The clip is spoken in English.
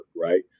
right